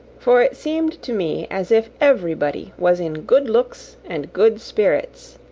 for it seemed to me as if everybody was in good looks and good spirits.